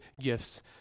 gifts